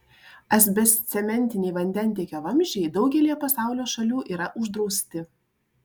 asbestcementiniai vandentiekio vamzdžiai daugelyje pasaulio šalių yra uždrausti